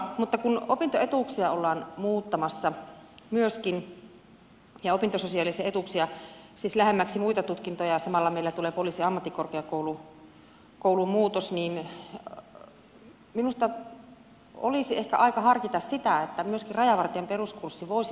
mutta kun opintoetuuksia ollaan muuttamassa myöskin ja opintososiaalisia etuuksia lähemmäksi muita tutkintoja samalla meillä tulee poliisiammattikorkeakoulumuutos niin minusta olisi ehkä aika harkita sitä että myöskin rajavartijan peruskurssi voisi olla tutkintotavoitteinen